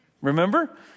Remember